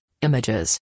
images